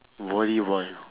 volleyball